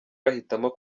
bahitamo